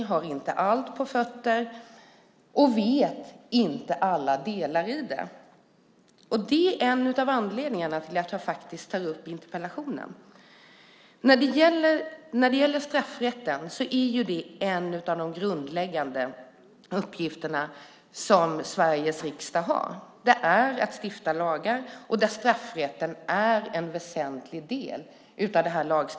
Jag har inte allt på fötterna, och jag vet inte alla delar i det. Det är en av anledningarna till att jag ställer interpellationen. En av Sveriges riksdags grundläggande uppgifter är att stifta lagar. I detta lagstiftningsarbete är straffrätten en väsentlig del.